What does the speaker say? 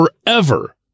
forever